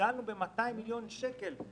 הגדלנו ב-200 מיליון שקל,